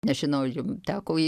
nežinau ar jum teko jį